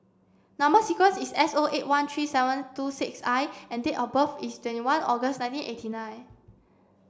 number sequence is S O eight one three seven two six I and date of birth is twenty one August nineteen eighty nine